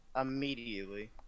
Immediately